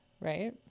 Right